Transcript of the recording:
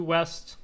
West